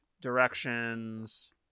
Directions